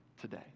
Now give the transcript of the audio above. today